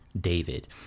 David